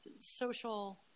social